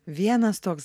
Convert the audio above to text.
vienas toks